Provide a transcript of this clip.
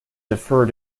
defer